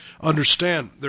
understand